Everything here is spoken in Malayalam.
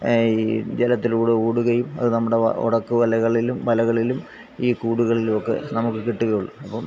ഈ ജലത്തിലൂടെ ഓടുകയും അത് നമ്മുടെ ഒടക്ക് വലകളിലും വലകളിലും ഈ കൂടുകളിലും ഒക്കെ നമുക്ക് കിട്ടുകയുള്ളു അപ്പോള്